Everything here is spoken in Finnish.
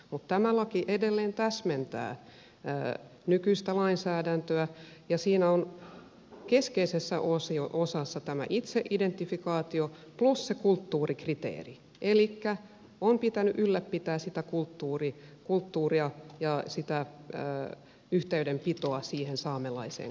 mutta tämä laki edelleen täsmentää nykyistä lainsäädäntöä ja siinä on keskeisessä osassa tämä itseidentifikaatio plus se kulttuurikriteeri elikkä on pitänyt ylläpitää sitä kulttuuria ja yhteydenpitoa siihen saamelaiseen kulttuuriin